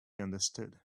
understood